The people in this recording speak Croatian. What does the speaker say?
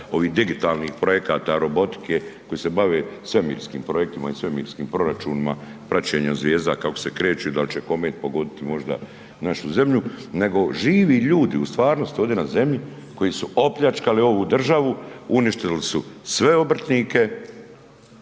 ovih digitalnih projekata robotike koji se bave svemirskim projektima i svemirskim proračunima praćenja zvijezda kako se kreću i da li će komet pogoditi možda našu zemlju, nego živi ljudi u stvarnosti ovdje na zemlji koji su opljačkali ovu državu uništili su sve obrtnike,